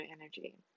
energy